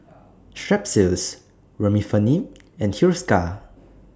Strepsils Remifemin and Hiruscar